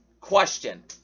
Question